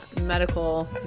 medical